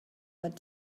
but